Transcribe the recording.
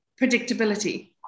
predictability